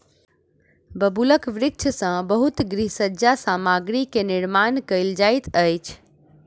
बबूलक वृक्ष सॅ बहुत गृह सज्जा सामग्री के निर्माण कयल जाइत अछि